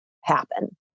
happen